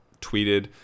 tweeted